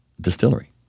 distillery